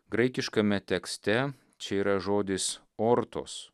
graikiškame tekste čia yra žodis ortos